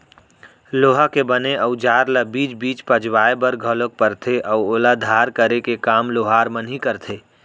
लोहा के बने अउजार ल बीच बीच पजवाय बर घलोक परथे अउ ओला धार करे के काम लोहार मन ही करथे